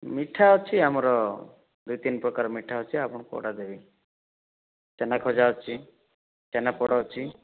ମିଠା ଅଛି ଆମର ଦୁଇ ତିନି ପ୍ରକାର ମିଠା ଅଛି ଆପଣ କୋଉଟା ନେବେ ଛେନା ଗଜା ଅଛି ଛେନା ପୋଡ଼ ଅଛି